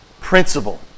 principle